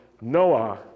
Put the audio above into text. Noah